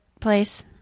place